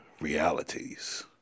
realities